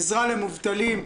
עזרה למובטלים.